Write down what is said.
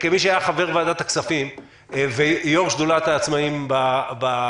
כמי שהיה חבר ועדת הכספים ויו"ר שדולת העצמאיים בכנסת,